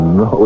no